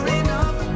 enough